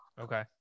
Okay